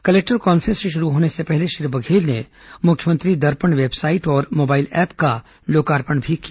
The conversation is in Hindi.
कलेक्टर कॉन्फ्रेंस शुरू होने से पहले श्री बघेल ने मुख्यमंत्री दर्पण वेबसाइट और मोबाइल ऐप का लोकार्पण भी किया